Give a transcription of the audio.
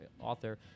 author